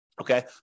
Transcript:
okay